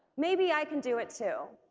maybe i can do it too